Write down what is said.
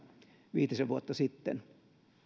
viitisen vuotta sitten